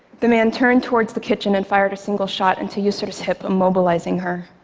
the man turned towards the kitchen and fired a single shot into yusor's hip, immobilizing her.